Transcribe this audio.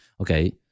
Okay